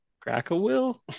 Crack-a-will